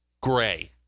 gray